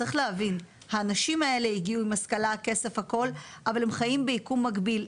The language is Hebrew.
צריך להבין שהאנשים האלו הגיעו עם השכלה וכסף אבל הם חיים ביקום מקביל,